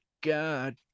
God